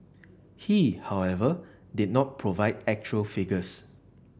he however did not provide actual figures